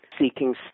seeking